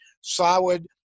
solid